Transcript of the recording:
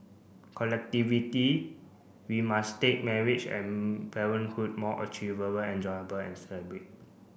we must take marriage and parenthood more achievable and enjoyable and celebrate